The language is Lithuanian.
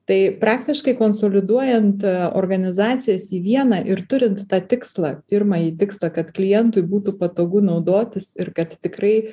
tai praktiškai konsoliduojant organizacijas į vieną ir turint tą tikslą pirmąjį tikslą kad klientui būtų patogu naudotis ir kad tikrai